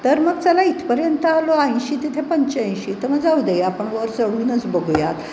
तर मग चला इथपर्यंत आलो ऐंशी तिथे पंच्याऐंशी तर मग जाऊ दे आपण वर चढूनच बघुयात